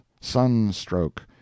sunstroke